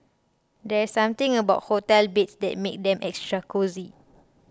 there's something about hotel beds that makes them extra cosy